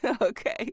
Okay